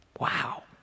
Wow